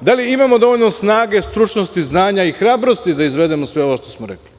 da li imamo dovoljno snage, stručnosti, znanja i hrabrosti da izvedemo sve ovo što smo rekli.